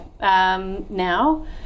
now